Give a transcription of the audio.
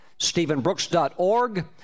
stephenbrooks.org